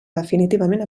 definitivament